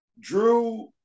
Drew